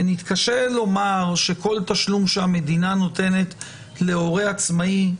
נתקשה לומר שכל תשלום שהמדינה נותנת להורה עצמאי הוא